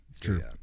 True